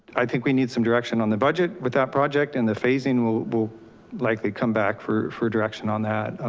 i think we need some direction on the budget with that project and the phasing we'll we'll likely come back for for direction on that.